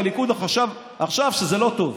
והליכוד חשב עכשיו שזה לא טוב.